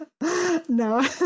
No